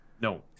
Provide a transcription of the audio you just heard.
No